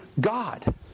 God